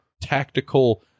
tactical